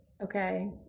okay